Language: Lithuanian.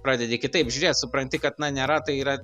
pradedi kitaip žiūrėt supranti kad na nėra tai yra